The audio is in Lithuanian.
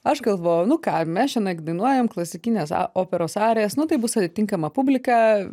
aš galvojau nu ką mes šiąnakt dainuojam klasikines operos arijas nu tai bus atitinkama publika